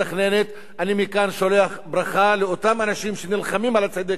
אני שולח מכאן ברכה לאותם אנשים שנלחמים על הצדק החברתי